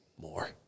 more